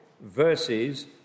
verses